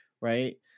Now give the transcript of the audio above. right